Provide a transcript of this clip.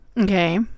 okay